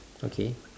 okay